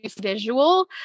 visual